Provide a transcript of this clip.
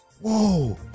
Whoa